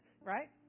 right